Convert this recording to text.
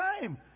time